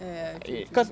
ya ya true true